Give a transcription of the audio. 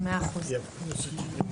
מאה אחוז, תודה.